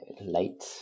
late